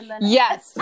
Yes